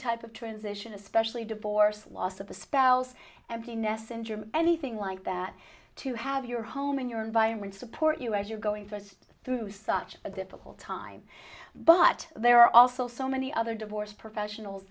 type of transition especially divorce loss of a spouse empty nest syndrome anything like that to have your home in your environment support you as you're going first through such a difficult time but there are also so many other divorced professionals